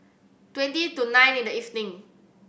twenty to nine in the evening